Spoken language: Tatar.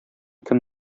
кем